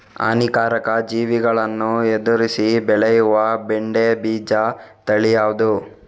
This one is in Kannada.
ಹಾನಿಕಾರಕ ಜೀವಿಗಳನ್ನು ಎದುರಿಸಿ ಬೆಳೆಯುವ ಬೆಂಡೆ ಬೀಜ ತಳಿ ಯಾವ್ದು?